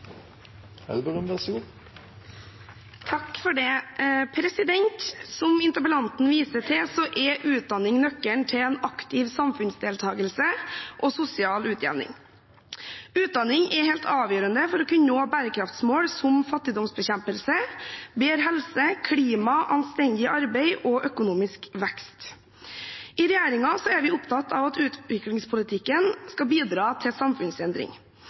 Som interpellanten viser til, er utdanning nøkkelen til en aktiv samfunnsdeltakelse og sosial utjevning. Utdanning er helt avgjørende for å kunne nå bærekraftsmål som fattigdomsbekjempelse, bedre helse, klima, anstendig arbeid og økonomisk vekst. I regjeringen er vi opptatt av at utviklingspolitikken skal bidra til samfunnsendring.